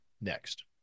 next